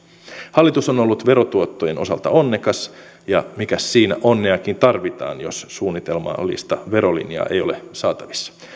hallitus on ollut verotuottojen osalta onnekas ja mikäs siinä onneakin tarvitaan jos suunnitelmallista verolinjaa ei ole saatavissa